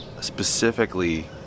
specifically